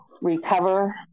recover